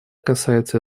касается